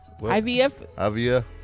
IVF